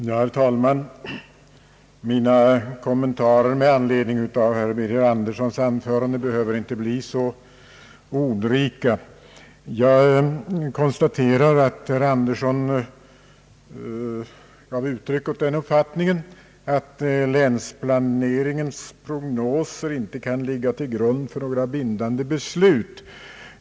Herr talman! Mina kommentarer med anledning av herr Birger Anderssons anförande behöver inte bli så ordrika. Jag konstaterar att herr Andersson gav uttryck för den uppfattningen att länsplaneringens prognoser inte kan ligga till grund för några bindande beslut.